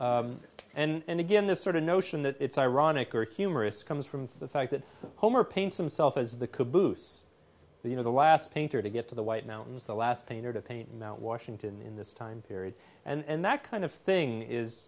stump and again this sort of notion that it's ironic or humorous comes from the fact that homer paints himself as the caboose you know the last painter to get to the white mountains the last painter to paint mt washington in this time period and that kind of thing is